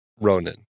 Ronan